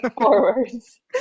forwards